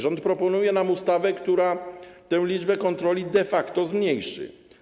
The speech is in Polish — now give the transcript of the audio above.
Rząd proponuje nam ustawę, która tę liczbę kontroli de facto zmniejszy.